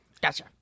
gotcha